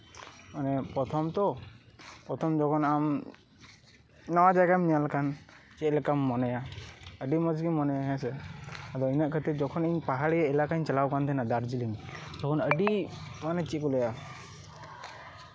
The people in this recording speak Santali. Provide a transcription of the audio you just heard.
ᱚᱱᱮ ᱯᱨᱚᱛᱷᱚᱢ ᱛᱚ ᱯᱨᱚᱛᱷᱚᱢ ᱫᱚᱠᱷᱚᱱ ᱟᱢ ᱱᱟᱶᱟ ᱡᱟᱭᱜᱟᱢ ᱧᱮᱞ ᱞᱮᱠᱷᱟᱱ ᱪᱮᱫ ᱞᱮᱠᱟᱢ ᱢᱚᱱᱮᱭᱟ ᱟᱹᱰᱤ ᱢᱚᱸᱡ ᱜᱮᱢ ᱢᱚᱱᱮᱭᱟ ᱦᱮᱸᱥᱮ ᱟᱫᱚ ᱠᱟᱹᱴᱤᱡ ᱡᱚᱠᱷᱚᱱᱤᱧ ᱯᱟᱦᱟᱲᱤ ᱮᱞᱟᱠᱟᱧ ᱪᱟᱞᱟᱣ ᱟᱠᱟᱱ ᱛᱟᱦᱮᱸᱱᱟ ᱫᱟᱨᱡᱤᱞᱤᱝ ᱛᱚᱠᱷᱚᱱ ᱟᱹᱰᱤ ᱢᱟᱱᱮ ᱪᱮᱫ ᱠᱚ ᱢᱮᱱᱟ